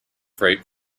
freight